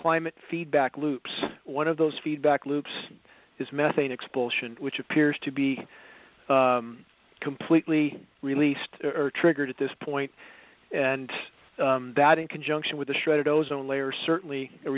climate feedback loops one of those feedback loops is methane expulsion which appears to be completely released or triggered at this point and that in conjunction with the shredded ozone layer certainly a